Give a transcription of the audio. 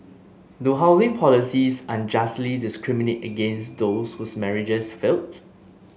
do housing policies unjustly discriminate against those whose marriages failed